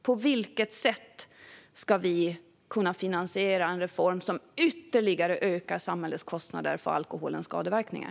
På vilket sätt ska vi kunna finansiera en reform som ytterligare ökar samhällets kostnader för alkoholens skadeverkningar?